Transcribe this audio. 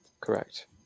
Correct